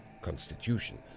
constitution